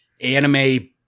anime